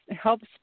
helps